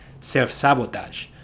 self-sabotage